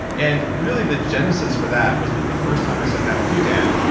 and really, the genesis for that was the the first time i sat down with you, dan.